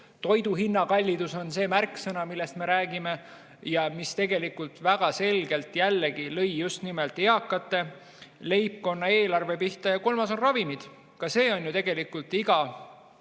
toiduhinna kallidus on see märksõna, millest me räägime ja mis tegelikult väga selgelt jällegi lõi just nimelt eakate leibkonna eelarve pihta. Ja kolmas on ravimid. Ka see on ju tegelikult iga